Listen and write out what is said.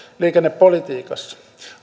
liikennepolitiikassa